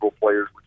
players